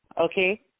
Okay